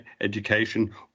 education